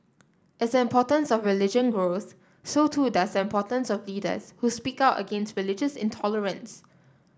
as the importance of religion grows so too does the importance of leaders who speak out against religious intolerance